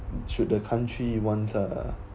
should the country ones uh